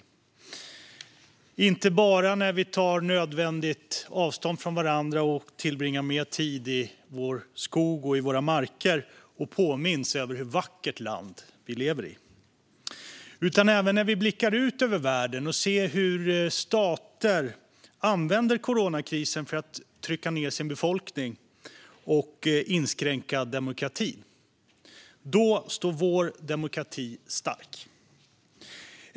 Vår demokrati står stark, inte bara när vi tar nödvändigt avstånd från varandra och tillbringar mer tid i vår skog och våra marker och påminns om hur vackert land vi lever i, utan även när vi blickar ut över världen och ser hur stater använder coronakrisen för att trycka ned sin befolkning och inskränka demokrati.